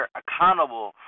accountable